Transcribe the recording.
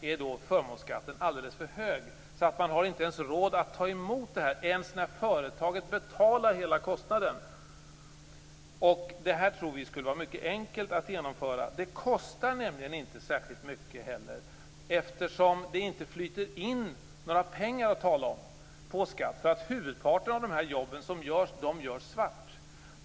Eftersom förmånsskatten är alldeles för hög har man inte har råd att ta emot servicen ens om företaget betalar hela kostnaden. Det här tror vi skulle vara mycket enkelt att genomföra. Det kostar nämligen inte heller särskilt mycket, eftersom det i dag inte flyter in några pengar att tala om i form av skatteinkomster. Huvudparten av dessa jobb utförs nämligen svart.